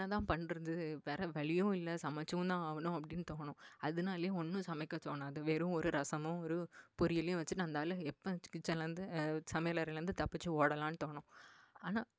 என்னதான் பண்ணுறது வேற வழியும் இல்லை சமைச்சுந்தான் ஆகணும் அப்படின்னு தோணும் அதனாலே ஒன்றும் சமைக்க தோணாது வெறும் ஒரு ரசமோ ஒரு பொரியலையும் வச்சிட்டு நகர்ந்தாலே எப்போ கிச்சன்லேருந்து சமையல் அறையில் இருந்து தப்பித்து ஓடலாம்னு தோணும் ஆனால்